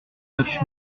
neuf